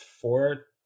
four